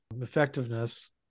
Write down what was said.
effectiveness